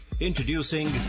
Introducing